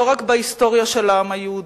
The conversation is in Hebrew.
לא רק בהיסטוריה של העם היהודי.